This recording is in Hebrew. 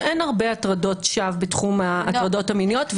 שאין הרבה תלונות שווא בתחום ההטרדות המיניות,